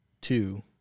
two